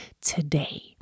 today